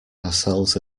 ourselves